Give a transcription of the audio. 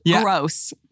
Gross